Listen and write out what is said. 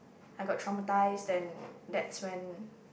I got traumatised and that's when